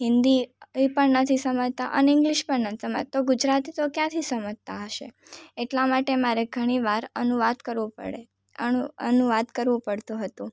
હિન્દી એ પણ નથી સમજતા અને ઇંગ્લિશ પણ નથી સમજતા તો ગુજરાતી તો ક્યાંથી સમજતા હશે એટલા માટે મારે ઘણી વાર અનુવાદ કરવો પડે અનુવાદ કરવું પડતું હતું